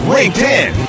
LinkedIn